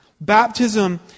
Baptism